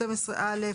12(א),